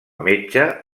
metge